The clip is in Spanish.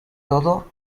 todo